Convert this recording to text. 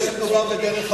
בעד,